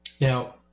Now